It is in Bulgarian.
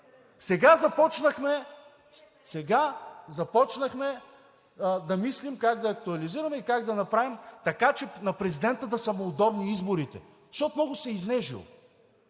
Сега започнахме да мислим как да актуализираме и как да направим така, че на президента да са му удобни изборите, защото много се е изнежил,